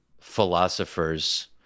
philosophers